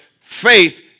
faith